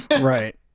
Right